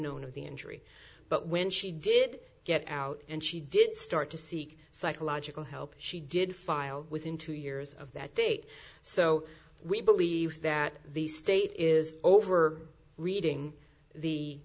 known of the injury but when she did get out and she did start to seek psychological help she did file within two years of that date so we believe that the state is over reading the